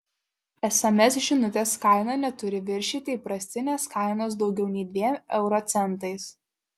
sms žinutės kaina neturi viršyti įprastinės kainos daugiau nei dviem euro centais